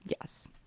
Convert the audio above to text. Yes